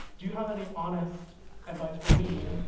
do you have any honest advice for me?